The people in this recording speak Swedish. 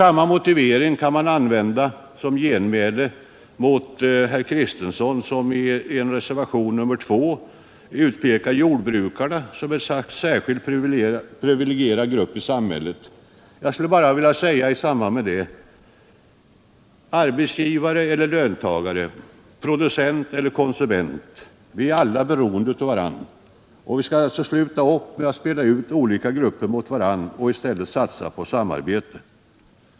Samma motivering kan användas som genmäle till Valter Kristenson, som i reservationen 2 till skatteutskottets betänkande utpekar jordbrukarna som en särskilt privilegierad grupp i samhället. Låt mig bara säga: Arbetsgivare eller löntagare, producent eller konsument — vi är alla beroende av varandra. Vi skall sluta upp med att spela ut olika grupper mot varandra och i stället satsa på samarbete.